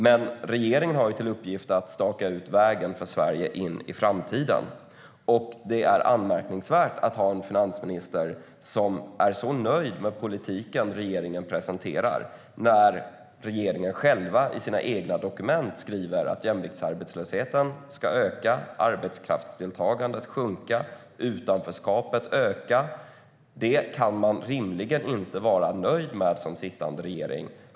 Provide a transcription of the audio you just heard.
Men regeringen har till uppgift att staka ut vägen för Sverige in i framtiden. Det är anmärkningsvärt att vi har en finansminister som är nöjd med den politik som regeringen presenterar när regeringen själv, i sina egna dokument, skriver att jämviktsarbetslösheten kommer att öka, arbetskraftsdeltagandet sjunka och utanförskapet öka. Det kan en sittande regering rimligen inte vara nöjd med.